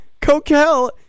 coquel